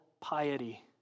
piety